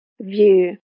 view